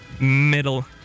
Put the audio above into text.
middle